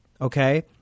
okay